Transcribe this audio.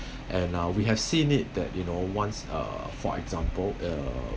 and uh we have seen it that you know once uh for example uh